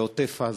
בעוטף-עזה.